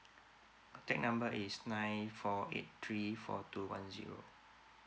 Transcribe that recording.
contact number is nine four eight three four two one zero